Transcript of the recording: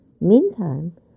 Meantime